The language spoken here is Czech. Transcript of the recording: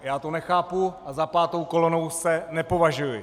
Já to nechápu a za pátou kolonu se nepovažuji.